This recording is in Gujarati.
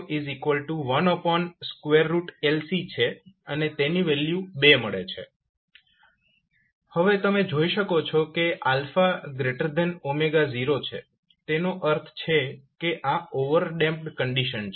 01LC છે અને તેની વેલ્યુ 2 મળે છે હવે તમે જોઈ શકો છો કે 0 છે તેનો અર્થ છે કે આ ઓવરડેમ્પ્ડ કંડીશન છે